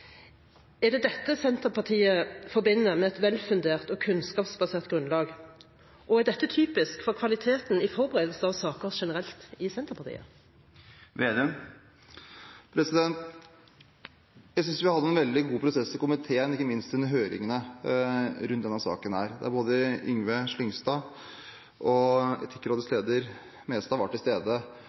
Er det dette Senterpartiet forbinder med et velfundert og kunnskapsbasert grunnlag, og er dette typisk for kvaliteten i forberedelsen av saker generelt i Senterpartiet? Jeg synes vi hadde en veldig god prosess i komiteen, ikke minst under høringene rundt denne saken, der både Yngve Slyngstad og Etikkrådets leder, Ola Mestad, var til stede